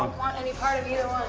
um want any part of either